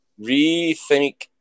rethink